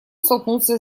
столкнуться